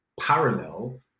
parallel